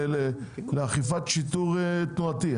לאכיפת שיטור תנועתי,